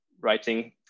writing